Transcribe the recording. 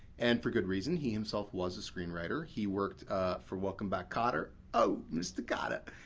and, for good reason he himself was a screenwriter. he worked for welcome back, kotter oh, mr. kotter!